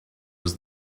was